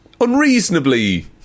unreasonably